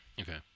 Okay